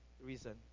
reason